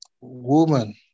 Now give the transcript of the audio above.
Woman